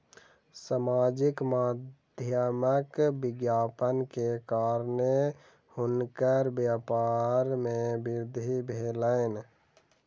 सामाजिक माध्यमक विज्ञापन के कारणेँ हुनकर व्यापार में वृद्धि भेलैन